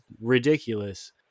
ridiculous